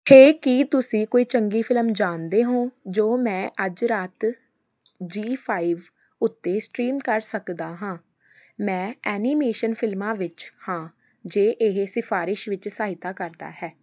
ਹੇ ਕੀ ਤੁਸੀਂ ਕੋਈ ਚੰਗੀ ਫਿਲਮ ਜਾਣਦੇ ਹੋ ਜੋ ਮੈਂ ਅੱਜ ਰਾਤ ਜ਼ੀ ਫਾਈਵ ਉੱਤੇ ਸਟ੍ਰੀਮ ਕਰ ਸਕਦਾ ਹਾਂ ਮੈਂ ਐਨੀਮੇਸ਼ਨ ਫਿਲਮਾਂ ਵਿੱਚ ਹਾਂ ਜੇ ਇਹ ਸਿਫਾਰਸ਼ ਵਿੱਚ ਸਹਾਇਤਾ ਕਰਦਾ ਹੈ